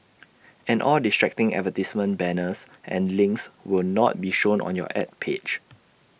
and all distracting advertising banners and links will not be shown on your Ad page